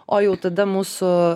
o jau tada mūsų